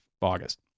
august